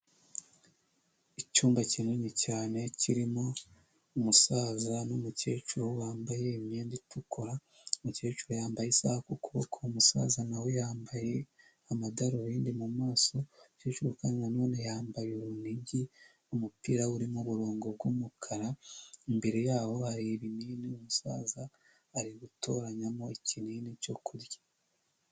Icyumba kinini cyane kirimo umusaza n'umukecuru bambaye imyenda itukura; umukecuru yambaye isaha ku kuboko, umusaza nawe yambaye amadarubindi mu maso; umukeru kandi nanone yambaye urunigi, umupira urimo uburongo bw'umukara; imbere yabo hari ibinini, umusaza ari gutoranyamo ikinini cyo kurya.